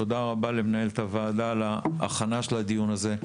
תודה רבה למנהלת הוועדה על ההכנה של הדיון הזה,